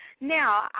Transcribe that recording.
Now